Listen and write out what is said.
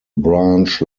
branch